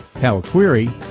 power query,